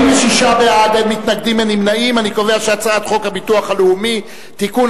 ההצעה להעביר את הצעת חוק הביטוח הלאומי (תיקון,